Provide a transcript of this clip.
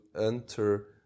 enter